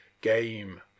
game